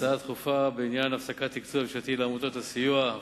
הצעה דחופה בעניין הפסקת התקצוב הממשלתי לעמותות הסיוע.